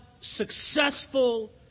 successful